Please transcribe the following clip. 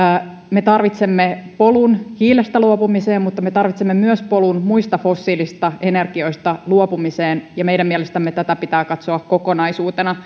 me tarvitsemme polun hiilestä luopumiseen mutta me tarvitsemme myös polun muista fossiilisista energioista luopumiseen ja meidän mielestämme tätä pitää katsoa kokonaisuutena